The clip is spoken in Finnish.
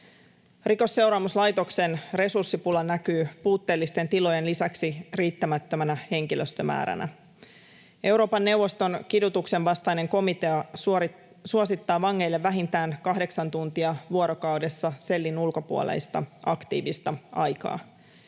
Rikosseuraamuslaitoksen resurssipula näkyy puutteellisten tilojen lisäksi riittämättömänä henkilöstömääränä. Euroopan neuvoston kidutuksen vastainen komitea suosittaa vangeille vähintään kahdeksan tuntia vuorokaudessa sellin ulkopuolista aktiivista aikaa.